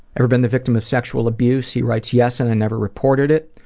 ever been the victim of sexual abuse? he writes, yes, and i never reported it.